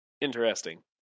Interesting